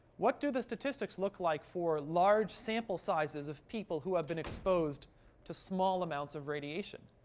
what do the statistics look like for large sample sizes of people who have been exposed to small amounts of radiation?